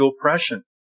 oppression